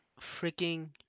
freaking